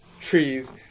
trees